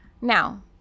Now